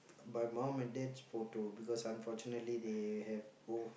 my mum and dad's photo because unfortunately they have both